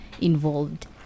involved